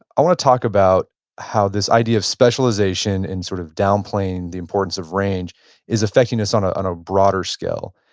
i want to talk about how this idea of specialization and sort of downplaying the importance of range is affecting us on ah on a broader skill.